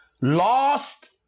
lost